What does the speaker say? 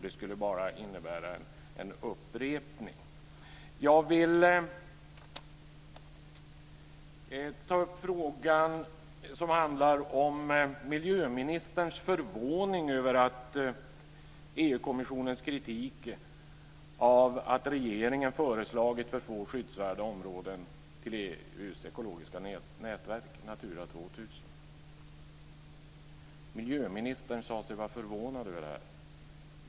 Det skulle bara innebära en upprepning. Jag vill ta upp frågan som handlar om miljöministerns förvåning över EU-kommissionens kritik av att regeringen föreslagit för få skyddsvärda områden till EU:s ekologiska nätverk Natura 2000. Miljöministern sade sig vara förvånad.